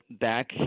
back